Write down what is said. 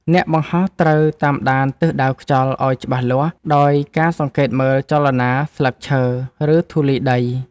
អ្នកបង្ហោះត្រូវតាមដានទិសដៅខ្យល់ឱ្យច្បាស់លាស់ ដោយការសង្កេតមើលចលនាស្លឹកឈើ ឬធូលីដី។